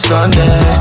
Sunday